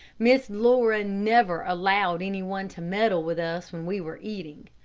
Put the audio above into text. miss laura never allowed any one to meddle with us when we were eating.